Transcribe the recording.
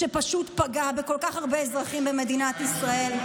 שפשוט פגע בכל כך הרבה אזרחים במדינת ישראל.